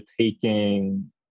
taking